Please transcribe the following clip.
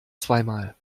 zweimal